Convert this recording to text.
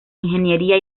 ingeniería